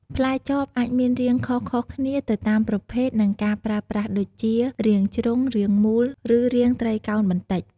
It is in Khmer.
ផ្លែចបអាចមានរាងខុសៗគ្នាទៅតាមប្រភេទ និងការប្រើប្រាស់ដូចជា រាងជ្រុង រាងមូល ឬរាងត្រីកោណបន្តិច។